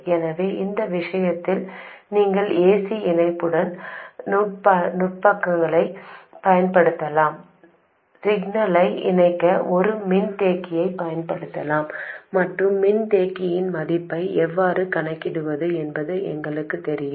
எனவே இந்த விஷயத்தில் நீங்கள் ஏசி இணைப்பு நுட்பங்களைப் பயன்படுத்தலாம் சிக்னலை இணைக்க ஒரு மின்தேக்கியைப் பயன்படுத்தலாம் மற்றும் மின்தேக்கியின் மதிப்பை எவ்வாறு கணக்கிடுவது என்பது எங்களுக்குத் தெரியும்